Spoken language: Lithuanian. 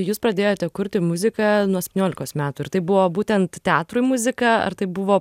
jūs pradėjote kurti muziką nuo septyniolikos metų ir tai buvo būtent teatrui muzika ar tai buvo